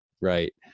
Right